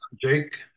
jake